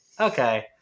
okay